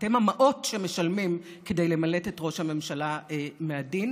אתם המעות שמשלמים כדי למלט את ראש הממשלה מהדין.